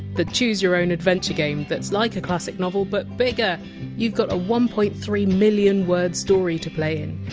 the choose your own adventure game that! s like a classic novel but bigger you! ve got a one point three million-word story to play in.